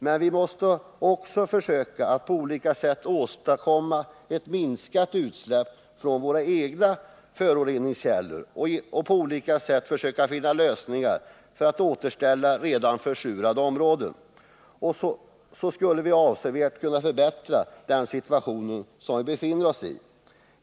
Men vi måste också försöka att på olika sätt åstadkomma ett minskat utsläpp från våra egna föroreningskällor, och om vi kunde finna lösningar för att återställa redan försurade områden, så skulle vi avsevärt kunna förbättra den situation vi befinner oss i.